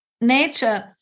nature